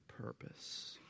purpose